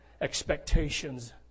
expectations